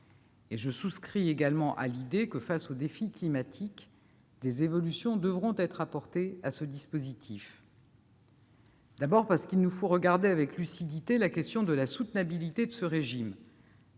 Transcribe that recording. Je souscris également à l'idée que, face au défi climatique, des évolutions devront être apportées à ce dispositif. Il nous faut, tout d'abord, regarder avec lucidité la question de la soutenabilité de ce régime,